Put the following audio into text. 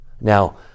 now